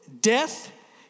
Death